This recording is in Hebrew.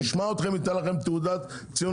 מי שישמע אתכם ייתן לכם ציון לשבח.